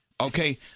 Okay